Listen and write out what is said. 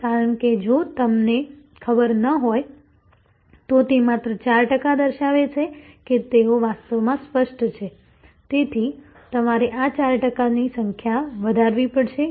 કારણ કે જો તમને ખબર ન હોય તો તે માત્ર 4 ટકા દર્શાવે છે કે તેઓ વાસ્તવમાં સ્પષ્ટ છે તેથી તમારે આ 4 ટકા સંખ્યા વધારવી પડશે